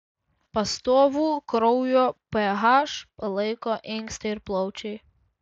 pastovų kraujo ph palaiko inkstai ir plaučiai